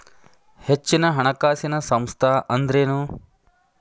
ಹೆಚ್ಚಿನ ಹಣಕಾಸಿನ ಸಂಸ್ಥಾ ಅಂದ್ರೇನು?